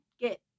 get